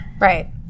right